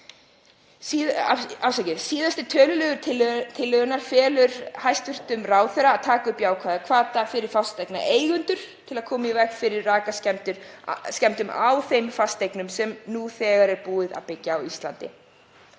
Síðasti töluliður tillögunnar felur hæstv. ráðherra að taka upp jákvæða hvata fyrir fasteignaeigendur til að koma í veg fyrir rakaskemmdir á þeim fasteignum sem nú þegar er búið að byggja á Íslandi.